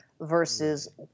versus